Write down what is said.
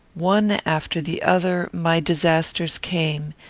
one after the other my disasters came,